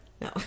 No